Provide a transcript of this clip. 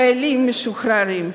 חיילים משוחררים,